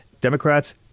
Democrats